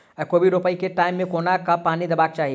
कोबी रोपय केँ टायम मे कोना कऽ पानि देबाक चही?